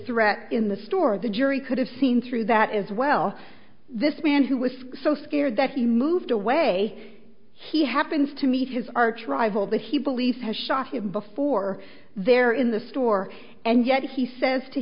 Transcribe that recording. threat in the store the jury could have seen through that as well this man who was so scared that he moved away he happens to meet his arch rival that he police have shot him before they're in the store and yet he says to